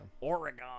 Oregon